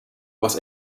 was